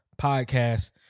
podcast